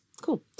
cool